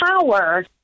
power